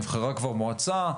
נבחרה כבר מועצה,